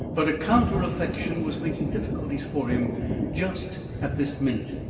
but a counter affection was making difficulties for him just at this minute.